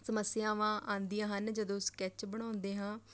ਸਮੱਸਿਆਵਾਂ ਆਉਂਦੀਆਂ ਹਨ ਜਦੋਂ ਸਕੈੱਚ ਬਣਾਉਂਦੇ ਹਾਂ